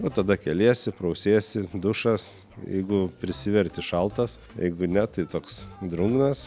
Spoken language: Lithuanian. o tada keliesi prausiesi dušas jeigu prisiverti šaltas jeigu ne tai toks drungnas